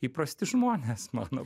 įprasti žmonės mano